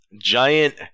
giant